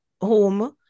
home